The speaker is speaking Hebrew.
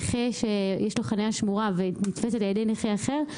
נכה שיש לו חניה שמורה והיא נתפסת על ידי נכה אחר,